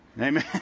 Amen